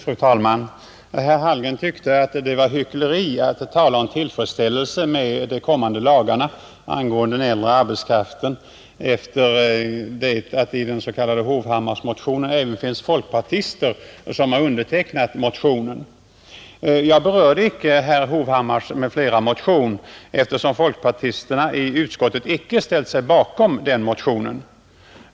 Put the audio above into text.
Fru talman! Herr Hallgren tyckte att det var hyckleri att tala om tillfredsställelse med de kommande lagarna angående den äldre arbetskraften efter det att även folkpartister undertecknat den s.k. Hovhammarmotionen. Jag berörde icke motionen av herr Hovhammar m.fl., eftersom folkpartisterna i utskottet icke ställt sig bakom den.